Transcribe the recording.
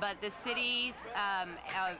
but the city's